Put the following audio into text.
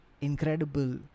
incredible